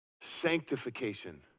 sanctification